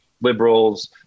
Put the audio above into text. liberals